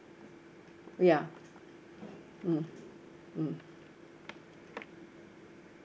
ya mm mm